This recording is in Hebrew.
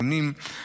מונים,